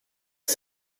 que